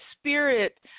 spirit